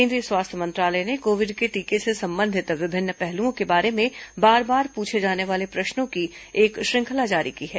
केंद्रीय स्वास्थ्य मंत्रालय ने कोविड के टीके से संबंधित विभिन्न पहलुओं के बारे में बार बार पुछे जाने वाले प्रश्नों की एक श्रंखला जारी की है